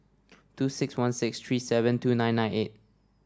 two six one six three seven two nine nine eight